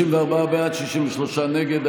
54 בעד, 63 נגד.